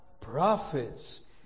Prophets